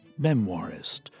memoirist